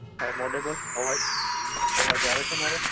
I am audible અવાજ અવાજ આવે છે મારો